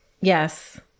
yes